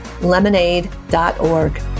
lemonade.org